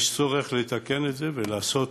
יש צורך לתקן את זה ולעשות